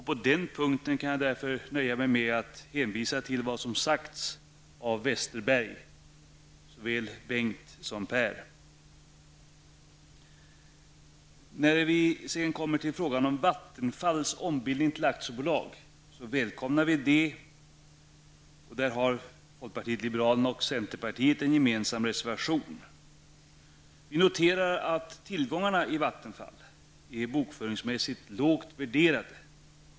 På den punkten nöjer jag mig därför med att hänvisa till vad som har sagts av både Bengt Westerberg och Sedan vill jag säga att vi välkomnar en ombildning av Vattenfall till aktiebolag. Folkpartiet liberalerna och centerpartiet har en gemensam reservation i detta sammanhang. Vi noterar att tillgångarna i Vattenfall bokföringsmässigt är lågt värderade.